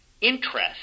interest